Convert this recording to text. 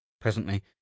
presently